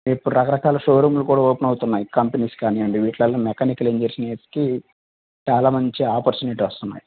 ఇపుడు రకరకాల షోరూంలు కూడా ఓపెన్ ఆవుతున్నాయి కంపనీస్ కానీ వీట్లాలో మెకానికల్ ఇంజనీర్స్కి చాలా మంచి ఆపర్చునిటీ వస్తునాయి